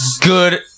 Good